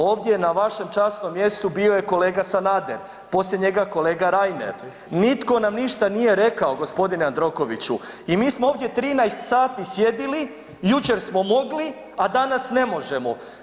Ovdje na vašem časnom mjestu bio je kolega Sanader, poslije njega kolega Reiner, nitko nam ništa nije rekao gospodine Jandrokoviću i mi smo ovdje 13 sati sjedili, jučer smo mogli, a danas ne možemo.